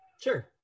Sure